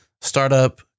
startup